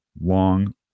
long